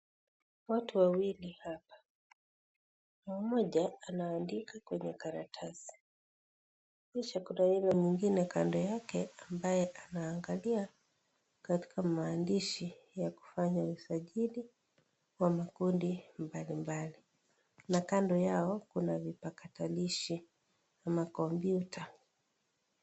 Kuna watu wawili hapa. Mmoja anaandika kwenye karatasi kisha kuna yule mwingine kando yake ambaye anaangalia katika maandishi ya kufanya usajili wa makundi mbali mbali na kando yao kuna vipakatalishi ama kompyuta.